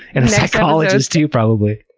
and a psychologist too, probably!